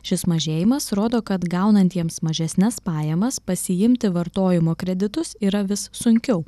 šis mažėjimas rodo kad gaunantiems mažesnes pajamas pasiimti vartojimo kreditus yra vis sunkiau